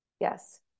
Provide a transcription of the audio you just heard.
yes